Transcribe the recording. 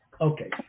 Okay